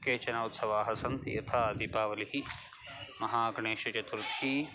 केचन उत्सवाः सन्ति यथा दीपावलिः महागणेशचतुर्थी